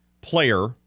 player